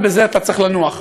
ובזה אתה צריך לנוח.